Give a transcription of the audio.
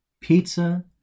Pizza